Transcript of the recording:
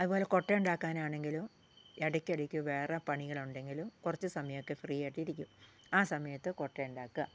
അതുപോലെ കുട്ട ഉണ്ടാക്കാനാണെങ്കിലും ഇടയ്ക്ക് ഇടയ്ക്ക് വേറെ പണികൾ ഉണ്ടെങ്കിലും കുറച്ച് സമയം ഒക്കെ ഫ്രീ ആയിട്ടിരിക്കും ആ സമയത്ത് കുട്ട ഉണ്ടാക്കുക